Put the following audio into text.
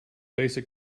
basic